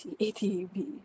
ATB